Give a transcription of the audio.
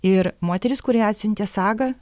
ir moteris kuri atsiuntė sagą